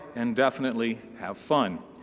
and definitely have fun.